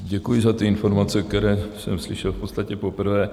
Děkuji za informace, které jsem slyšel v podstatě poprvé.